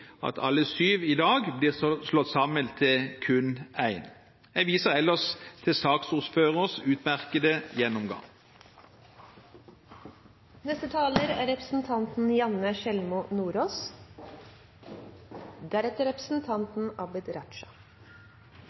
at alle syv i dag blir slått sammen til kun én. Jeg viser ellers til saksordførerens utmerkede